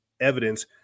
evidence